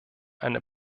eine